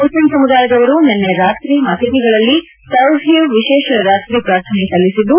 Muslim ಸಮುದಾಯದವರು ನಿನ್ನೆ ರಾತ್ರಿ ಮಸೀದಿಗಳಲ್ಲಿ ತ್ರವೀಹ್ ವಿಶೇಷ ರಾತ್ರಿ ಪ್ರಾರ್ಥನೆ ಸಲ್ಲಿಸಿದ್ದು